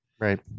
Right